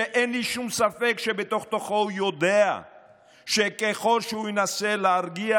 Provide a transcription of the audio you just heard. שאין לי שום ספק שבתוך-תוכו הוא יודע שככל שהוא ינסה להרגיע,